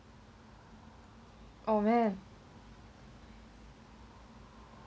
oh man